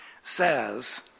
says